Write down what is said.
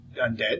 undead